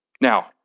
Now